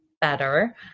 better